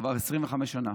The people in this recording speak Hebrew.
כבר 25 שנה,